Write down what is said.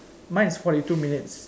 mine is forty two minutes